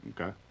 okay